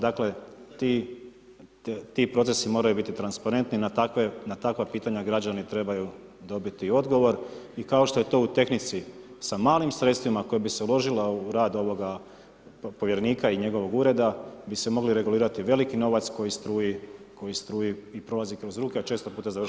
Dakle, ti procesi moraju biti transparentni, na takva pitanja građani trebaju dobiti odgovor i kao što je to u tehnici sa malim sredstvima koja bi se uložila u rad ovoga povjerenika i njegovog ureda bi se mogli regulirati veliki novac koji struji, koji struji i prolazi kroz ruke [[Upadica: Hvala.]] a često puta završava